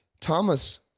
Thomas